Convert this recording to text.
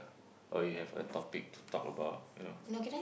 or you have a topic to talk about you know